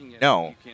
no